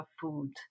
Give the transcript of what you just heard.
food